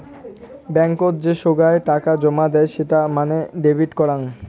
বেঙ্কত যে সোগায় টাকা জমা দেয় সেটা মানে ডেবিট করাং